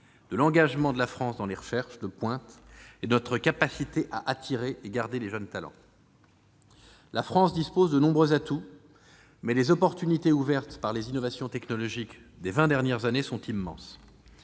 de l'engagement de la France dans les recherches de pointe et de notre capacité à attirer et garder les jeunes talents. La France dispose de nombreux atouts, mais les opportunités ouvertes par les innovations technologiques des vingt dernières années sont immenses.